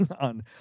on